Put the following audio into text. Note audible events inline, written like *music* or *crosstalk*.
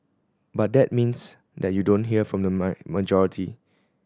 but that means that you don't hear from the *unintelligible* majority